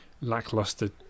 lackluster